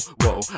whoa